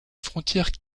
frontière